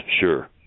sure